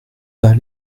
pas